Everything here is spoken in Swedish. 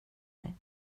mig